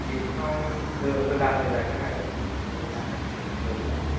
discount होब्ला होजागोन आरो बिथांमोना होयोब्ला